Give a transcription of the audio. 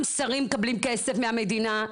גם שרים מקבלים כסף מהמדינה,